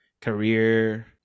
career